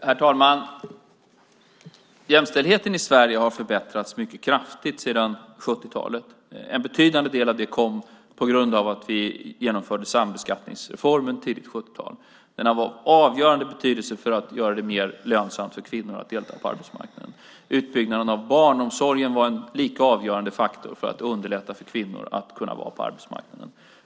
Herr talman! Jämställdheten i Sverige har förbättrats mycket kraftigt sedan 70-talet. En betydande del av det kom på grund av att vi genomförde sambeskattningsreformen under tidigt 70-tal. Den var av avgörande betydelse för att göra det mer lönsamt för kvinnor att delta på arbetsmarknaden. Utbyggnaden av barnomsorgen var en lika avgörande faktor för att underlätta för kvinnor att kunna vara på arbetsmarknaden.